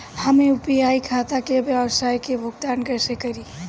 हम यू.पी.आई खाता से व्यावसाय के भुगतान कइसे करि?